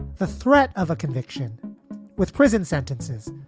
the threat of a conviction with prison sentences,